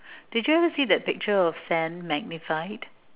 did you ever see that picture of sand magnified